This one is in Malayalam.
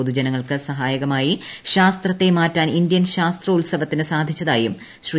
പൊതു ജനങ്ങൾക്ക് സഹായകമായി ശാസ്ത്രത്തെ മാറ്റാൻ ഇന്ത്യൻ ശാസ്ത്രോ ത്സവത്തിന് സാധിച്ചതായും ശ്രീ